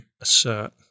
assert